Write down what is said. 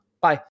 Bye